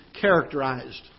characterized